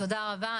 תודה רבה.